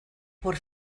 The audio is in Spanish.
por